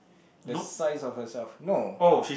the size of herself no